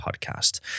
podcast